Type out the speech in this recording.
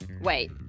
Wait